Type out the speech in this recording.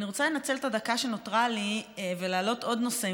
אני רוצה לנצל את הדקה שנותרה לי ולהעלות עוד נושא,